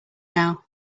now